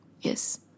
Yes